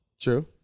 True